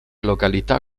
località